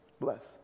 bless